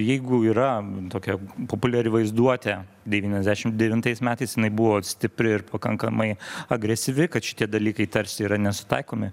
jeigu yra tokia populiari vaizduotė devyniasdešimt devintais metais jinai buvo stipri ir pakankamai agresyvi kad šitie dalykai tarsi yra nesutaikomi